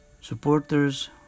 Supporters